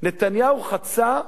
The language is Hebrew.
נתניהו חצה,